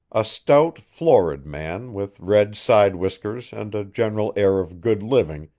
a stout, florid man, with red side-whiskers and a general air of good living,